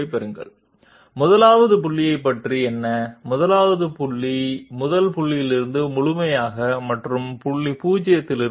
ఒకటో పాయింట్ గురించి ఏమిటి మొదటి పాయింట్ మొదటి పాయింట్ నుండి పూర్తిగా మరియు ఇతర పాయింట్ల నుంచి 0 సహకారం పొందుతుంది